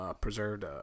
preserved